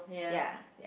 ya